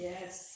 Yes